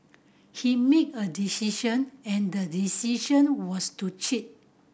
he made a decision and the decision was to cheat